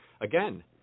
again